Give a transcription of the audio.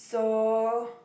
so